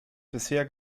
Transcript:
bisher